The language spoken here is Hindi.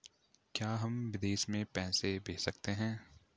क्या हम विदेश में पैसे भेज सकते हैं?